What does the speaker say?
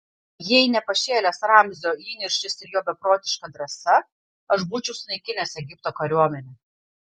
jei ne pašėlęs ramzio įniršis ir jo beprotiška drąsa aš būčiau sunaikinęs egipto kariuomenę